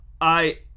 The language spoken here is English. I